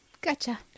gotcha